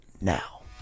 now